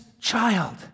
child